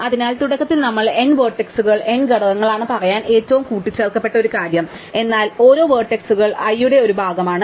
അതിനാൽ തുടക്കത്തിൽ നമ്മൾ n വേർട്ടക്സുകൾ n ഘടകങ്ങളാണ് പറയാൻ ഏറ്റവും കൂട്ടിച്ചേർക്കപ്പെട്ട ഒരു കാര്യം എന്നാൽ ഓരോ വേർട്ടക്സുകൾ i യുടെ ഒരു ഭാഗമാണ്